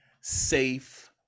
safe